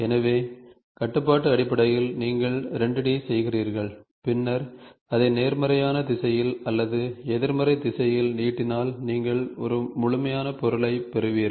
எனவே கட்டுப்பாட்டு அடிப்படையில் நீங்கள் 2 D செய்கிறீர்கள் பின்னர் அதை நேர்மறையான திசையில் அல்லது எதிர்மறை திசையில் நீட்டினால் நீங்கள் ஒரு முழுமையான பொருளைப் பெறுவீர்கள்